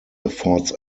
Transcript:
affords